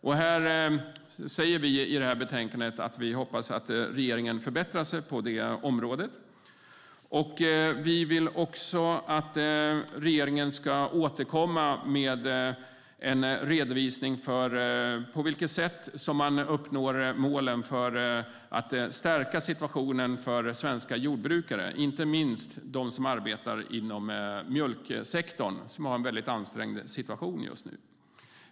Vi säger i betänkandet att vi hoppas att regeringen förbättrar sig på det området. Vi vill att regeringen ska återkomma med en redovisning av på vilket sätt man uppnår målen för att stärka situationen för svenska jordbrukare, inte minst de som arbetar inom mjölksektorn och som har en väldigt ansträngd situation just nu.